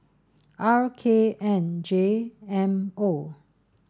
R K N J M O